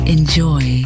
Enjoy